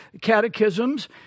Catechisms